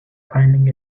finding